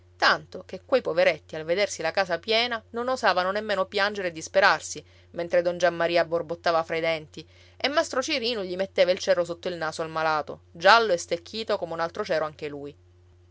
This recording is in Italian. tanto che quei poveretti al vedersi la casa piena non osavano nemmeno piangere e disperarsi mentre don giammaria borbottava fra i denti e mastro cirino gli metteva il cero sotto il naso al malato giallo e stecchito come un altro cero anche lui